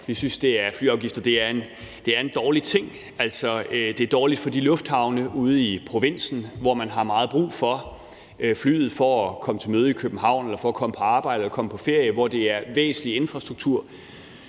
Vi synes, at flyafgifter er en dårlig ting. Det er dårligt for de lufthavne ude i provinsen, hvor man har meget brug for flyet for at komme til møde i København, for at komme på arbejde eller for at komme på ferie, og hvor det er en væsentlig infrastruktur.